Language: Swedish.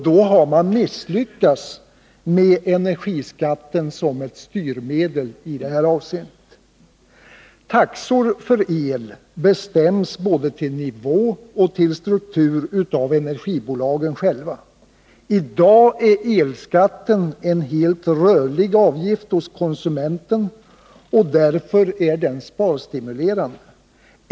Då har man misslyckats med energiskatten som ett styrmedel i det här avseendet. Taxor för el bestäms både till nivå och struktur av energibolagen själva. I dag är elskatten en helt rörlig avgift hos konsumenten, och därför är den sparstimulerande.